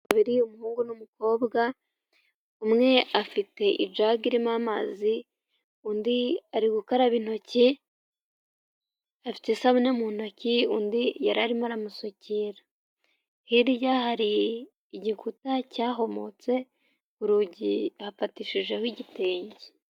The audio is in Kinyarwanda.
Kabiri umuhungu n'umukobwa, umwe afite ijaga irimo amazi, undi ari gukaraba intoki afite isabune mu ntoki, undi yari arimo aramusukira. Hirya hari igikuta cyahomotse, urugi afatishijeho igitenge.